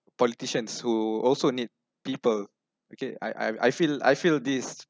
politicians who also need people okay I I I feel I feel this